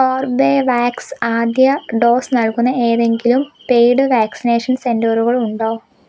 Corbevax ആദ്യ dose നൽകുന്ന ഏതെങ്കിലും പെയ്ഡ് വാക്സിനേഷൻ സെൻ്ററുകൾ ഉണ്ടോ